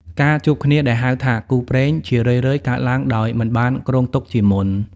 ការជួបគ្នាដែលហៅថាគូព្រេង ជារឿយៗកើតឡើងដោយមិនបានគ្រោងទុកជាមុន។